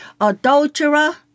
adulterer